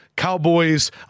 Cowboys